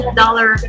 dollar